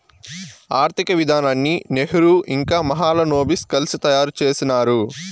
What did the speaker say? ఆర్థిక విధానాన్ని నెహ్రూ ఇంకా మహాలనోబిస్ కలిసి తయారు చేసినారు